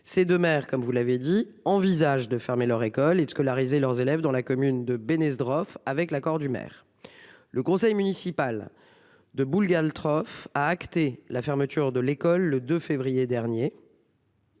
ces de mer comme vous l'avez dit envisage de fermer leur école et scolariser leurs élèves dans la commune de benner strophes avec l'accord du maire. Le conseil municipal. De Galt trophée a acté la fermeture de l'école le 2 février dernier.